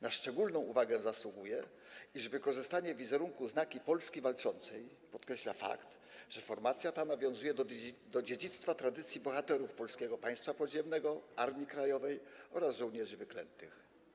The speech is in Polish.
Na szczególną uwagę zasługuje to, iż wykorzystanie Znaku Polski Walczącej podkreśla fakt, że formacja ta nawiązuje do dziedzictwa, do tradycji bohaterów Polskiego Państwa Podziemnego, Armii Krajowej oraz żołnierzy wyklętych.